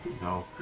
No